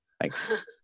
Thanks